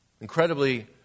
Incredibly